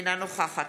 אינה נוכחת